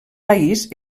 país